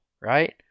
right